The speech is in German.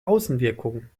außenwirkung